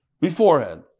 beforehand